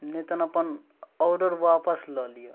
नहि तऽ अपन औडर वापस लऽ लिअ